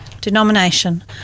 denomination